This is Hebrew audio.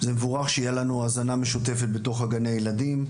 זה מבורך שיהיה לנו הזנה משותפת בתוך גני הילדים.